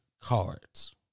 cards